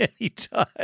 anytime